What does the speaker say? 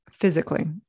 physically